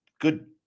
Good